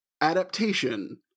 adaptation